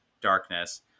darkness